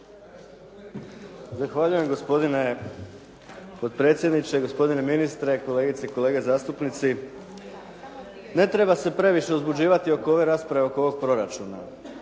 Zahvaljujem gospodine potpredsjedniče, gospodine ministre, kolegice i kolege zastupnici. Ne treba se previše uzbuđivati oko ove rasprave, oko ovog proračuna.